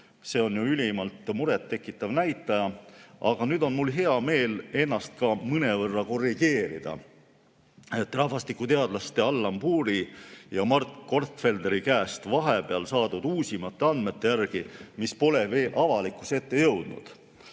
See on ülimalt muret tekitav näitaja. Aga nüüd on mul hea meel ennast ka mõnevõrra korrigeerida. Rahvastikuteadlaste Allan Puuri ja Mark Gortfelderi käest vahepeal saadud uusimate andmete järgi, mis pole veel avalikkuse ette jõudnud,